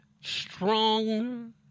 strong